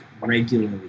regularly